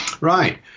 Right